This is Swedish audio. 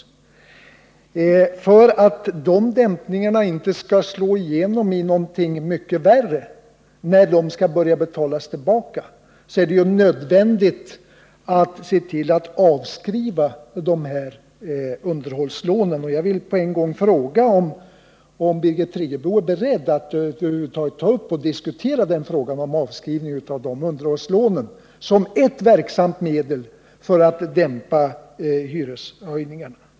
Men för att denna dämpning av hyreskostnaderna inte skall förbytas i någonting mycket värre när lånen skall börja betalas tillbaka är det nödvändigt att avskriva dessa underhållslån. Jag vill därför på en gång fråga om Birgit Friggebo är beredd att diskutera en avskrivning av dessa lån som ett verksamt medel för att dämpa hyreshöjningarna.